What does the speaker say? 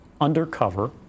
undercover